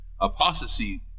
apostasy